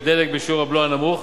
של דלק בשיעור הבלו הנמוך,